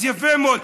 אז יפה מאוד.